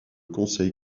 conseil